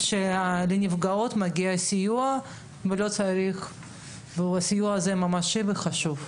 שלנפגעות מגיע סיוע והסיוע הזה ממשי וחשוב.